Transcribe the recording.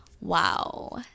wow